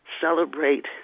celebrate